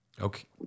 Okay